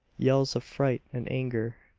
yells of fright and anger,